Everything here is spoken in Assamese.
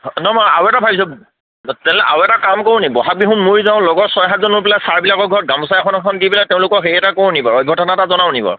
ন মই আউ এটা ভাবিছোঁ তেনেহ'লে আউ এটা কাম কৰোঁ নেকি বহাগ বিহু ময়ি যাওঁ লগৰ ছয় সাতজনৰ লগত লৈ পেলাই ছাৰবিলাকৰ ঘৰত গামোচা এখন এখন দি পেলাই তেওঁলোকৰ হেৰি এটা কৰোঁ নি বাৰু তেওঁলোকক অভ্যৰ্থনা এটা জনাওঁ নি বাৰু